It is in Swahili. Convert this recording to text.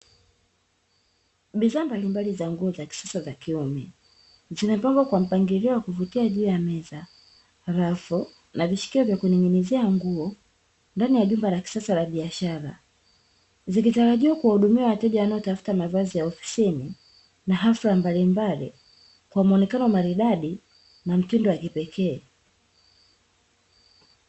Bidhaa mbalimbali za nguo za kisasa za kiume. Zimepangwa kwa mpangilio wa kuvutia juu ya meza, rafu na vishikio vya kuning'inizia nguo ndani ya jumba la kisasa la biashara. Zikitarajiwa kuwahudumia wateja wanaotafuta mavazi ya ofisini na hafla mbalimbali, kwa muonekano maridadi na mtindo wa kipekee.